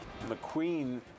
McQueen